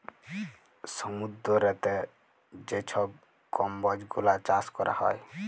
সমুদ্দুরেতে যে ছব কম্বজ গুলা চাষ ক্যরা হ্যয়